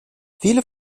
viele